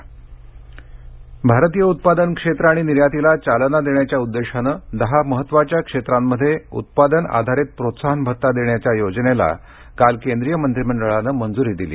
मंत्रीमंडळ भारतीय उत्पादन क्षेत्र आणि निर्यातीला चालना देण्याच्या उद्देशानं दहा महत्त्वाच्या क्षेत्रांमध्ये उत्पादन आधारित प्रोत्साहन भत्ता देण्याच्या योजनेला काल केंद्रीय मंत्रीमंडळानं मंजूरी दिली